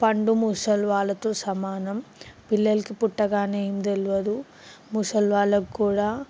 పండు ముసలి వాళ్ళతో సమానం పిల్లలకి పుట్టగానే ఏం తెలియదు ముసలి వాళ్ళకి కూడా